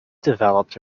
developed